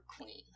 Queen